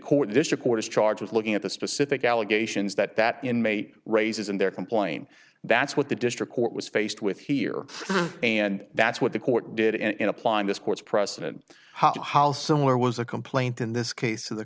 court this report is charged with looking at the specific allegations that that inmate raises in their complain that's what the district court was faced with here and that's what the court did and in applying this court's precedent haha similar was a complaint in this case to the